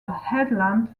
headland